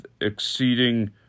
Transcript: exceeding